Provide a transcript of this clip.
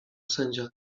sędzia